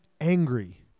angry